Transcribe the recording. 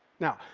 now,